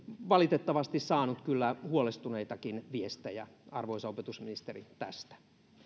valitettavasti saanut kyllä huolestuneitakin viestejä arvoisa opetusministeri tästä